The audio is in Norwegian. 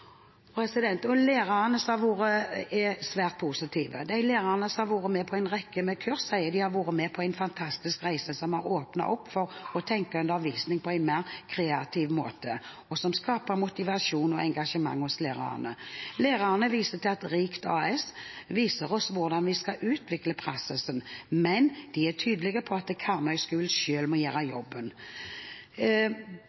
Lærerne er svært positive. De lærerne som har vært med på en rekke kurs, sier at de har vært med på en fantastisk reise som har åpnet opp for å tenke undervisning på en mer kreativ måte, og som skaper motivasjon og engasjement hos lærerne. Lærerne viser til at Rikt AS viser oss hvordan vi skal utvikle praksisen, men de er tydelige på at Karmøy-skolen selv må gjøre